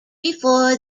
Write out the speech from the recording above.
before